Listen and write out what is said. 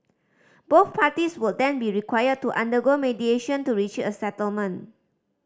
both parties would then be required to undergo mediation to reach a settlement